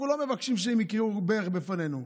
אנחנו לא מבקשים שהם יכרעו ברך בפנינו.